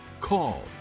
call